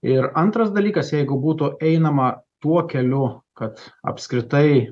ir antras dalykas jeigu būtų einama tuo keliu kad apskritai